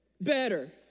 better